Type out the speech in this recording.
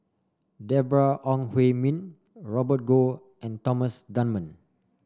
Deborah Ong Hui Min Robert Goh and Thomas Dunman